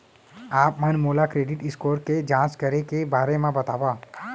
आप मन मोला क्रेडिट स्कोर के जाँच करे के बारे म बतावव?